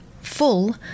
full